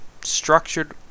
structured